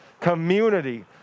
community